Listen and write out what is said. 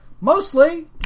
Mostly